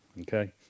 okay